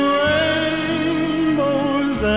rainbows